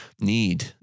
need